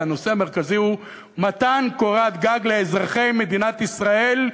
כי הנושא המרכזי הוא מתן קורת-גג לאזרחי מדינת ישראל,